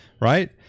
right